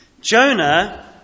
Jonah